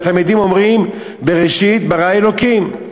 והתלמידים אומרים: "בראשית ברא אלוקים".